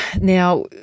Now